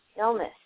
illness